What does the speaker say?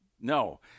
No